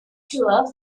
tour